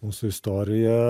mūsų istoriją